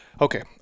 okay